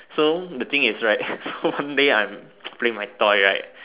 so the thing is right so one day I'm playing my toy right